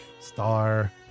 Star